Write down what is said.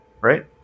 right